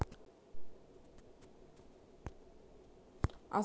అసలు debit card credit card అంటే ఏంది?